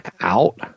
out